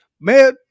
man